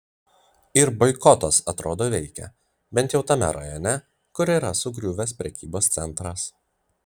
ir boikotas atrodo veikia bent jau tame rajone kur yra sugriuvęs prekybos centras